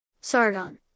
Sargon